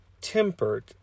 tempered